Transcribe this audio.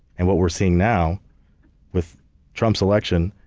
and what we're seeing now with trump's election,